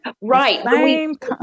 Right